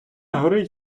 горить